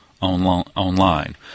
online